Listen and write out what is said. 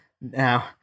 now